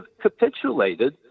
capitulated